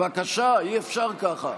בבקשה,